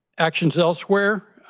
actions elsewhere,